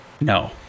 No